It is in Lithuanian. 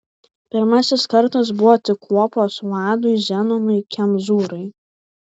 pirmasis kartas buvo tik kuopos vadui zenonui kemzūrai